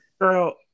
girl